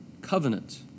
covenant